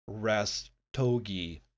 Rastogi